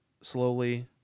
slowly